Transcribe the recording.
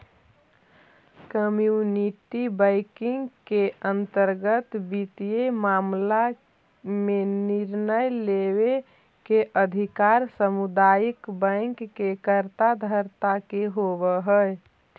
community banking के अंतर्गत वित्तीय मामला में निर्णय लेवे के अधिकार सामुदायिक बैंक के कर्ता धर्ता के होवऽ हइ